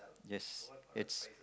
yes it's